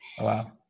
Wow